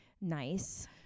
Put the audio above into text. nice